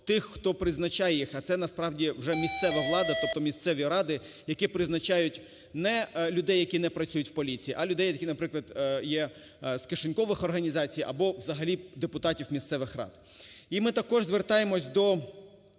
тих, хто призначає їх, а це насправді вже місцева влада притому місцеві ради, які призначають не людей, які не працюють у поліції, а людей, які наприклад, є з кишенькових організацій або взагалі депутатів місцевих рад. І ми також звертаємось до